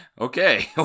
Okay